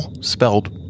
spelled